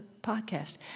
podcast